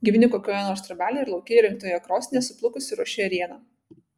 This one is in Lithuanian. gyveni kokioje nors trobelėje ir lauke įrengtoje krosnyje suplukusi ruoši ėrieną